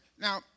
Now